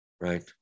right